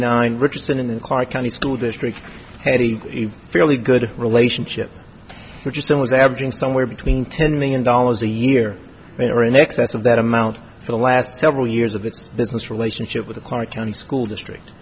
nine richest in the clark county school district carry a fairly good relationship with your son was averaging somewhere between ten million dollars a year or in excess of that amount for the last several years of its business relationship with the clark county school district